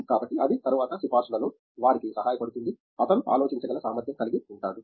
కాబట్టి అది తరువాత సిఫార్సులలో వారికి సహాయపడుతుంది అతను ఆలోచించగల సామర్థ్యం కలిగి ఉంటాడు